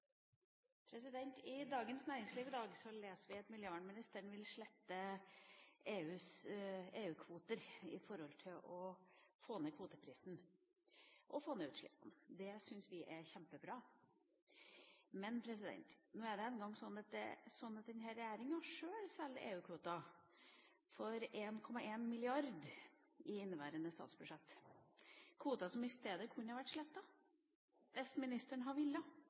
Dagens Næringsliv i dag leser vi at miljøvernministeren vil slette EU-kvoter for å få ned kvoteprisen og få ned utslippene. Det syns vi er kjempebra. Men nå er det en gang sånn at denne regjeringa sjøl selger EU-kvoter for 1,1 mrd. kr i inneværende statsbudsjett – kvoter som i stedet kunne vært slettet hvis ministeren